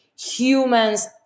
humans